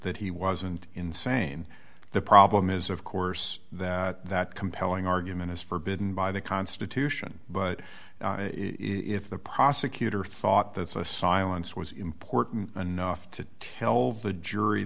that he wasn't insane the problem is of course that that compelling argument is forbidden by the constitution but if the prosecutor thought that's a silence was important enough to tell the jury